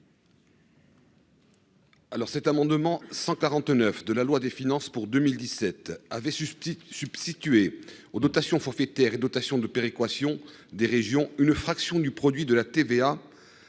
Alors cet amendement 149 de la loi des finances pour 2017 avait su se substituer aux dotations forfaitaires et dotations de péréquation des régions, une fraction du produit de la TVA,